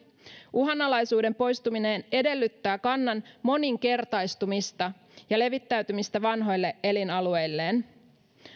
uhanalaisuuden poistuminen edellyttää kannan moninkertaistumista ja levittäytymistä vanhoille elinalueilleen